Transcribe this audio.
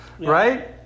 right